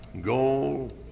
gold